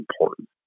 important